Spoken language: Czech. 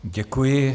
Děkuji.